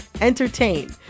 entertain